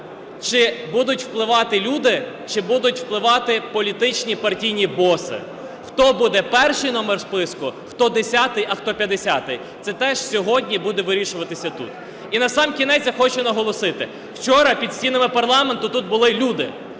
Чи будуть впливати люди, чи будуть впливати політичні партійні боси? Хто буде перший номер в списку, хто десятий, а хто п'ятдесятий, це теж сьогодні буде вирішуватися тут. І насамкінець я хочу наголосити, вчора під стінами парламенту тут були люди,